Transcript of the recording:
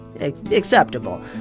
acceptable